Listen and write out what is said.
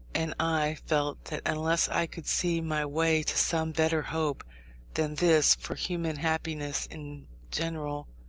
and i felt that unless i could see my way to some better hope than this for human happiness in general,